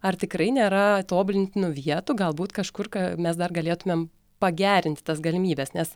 ar tikrai nėra tobulintinų vietų galbūt kažkur ką mes dar galėtumėm pagerinti tas galimybes nes